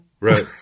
right